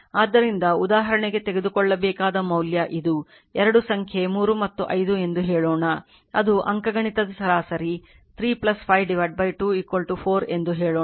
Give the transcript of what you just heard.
ಆದ್ದರಿಂದ ಉದಾಹರಣೆಗೆ ತೆಗೆದುಕೊಳ್ಳಬೇಕಾದ ಮೌಲ್ಯ ಇದು ಎರಡು ಸಂಖ್ಯೆ 3 ಮತ್ತು 5 ಎಂದು ಹೇಳೋಣ ಅದು ಅಂಕಗಣಿತದ ಸರಾಸರಿ 2 4 ಎಂದು ಹೇಳೋಣ